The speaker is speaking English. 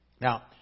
Now